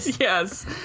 Yes